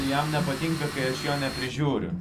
jam nepatinka kai aš jo neprižiūriu